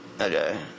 Okay